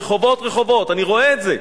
רחובות רחובות, אני רואה את זה,